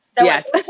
yes